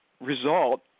result